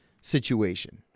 situation